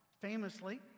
Famously